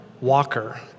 Walker